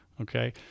okay